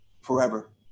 forever